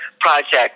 project